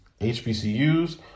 HBCUs